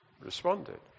Responded